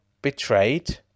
betrayed